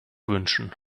wünschen